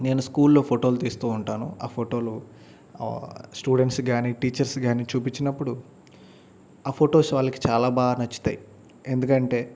నేను స్కూల్లో ఫోటోలు తీస్తూ ఉంటాను ఆ ఫోటోలు స్టూడెంట్స్ కానీ టీచర్స్ కానీ చూపించినప్పుడు ఆ ఫొటోస్ వాళ్ళకి చాలా బాగా నచ్చుతాయి ఎందుకంటే